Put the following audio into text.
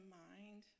mind